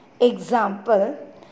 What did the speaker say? Example